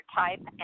type